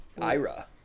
ira